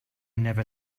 never